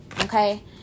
okay